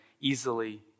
easily